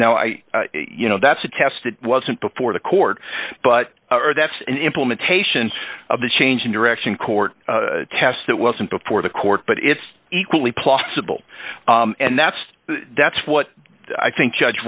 now i you know that's a test that wasn't before the court but that's an implementation of the change in direction court tests that wasn't before the court but it's equally plausible and that's that's what i think judge